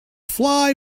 fly